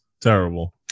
terrible